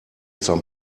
some